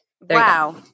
Wow